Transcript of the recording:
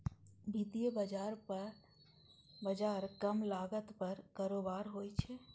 वित्तीय बाजार कम लागत पर कारोबार होइ छै